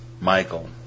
Michael